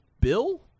Bill